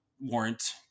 warrant